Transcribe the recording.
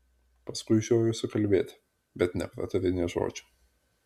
paskui žiojosi kalbėti bet nepratarė nė žodžio